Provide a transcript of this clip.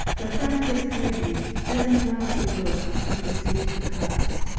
the front desk lady doesn't want the dog to proceed to class.